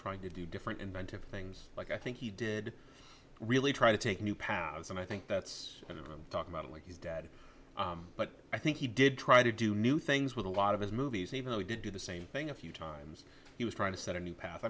trying to do different inventive things like i think he did really try to take new paths and i think that's and i'm talking about like his dad but i think he did try to do new things with a lot of his movies even though he did do the same thing a few times he was trying to set a new path i